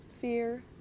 fear